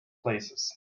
places